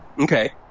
Okay